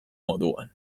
moduan